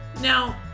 Now